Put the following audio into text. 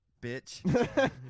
Bitch